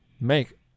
make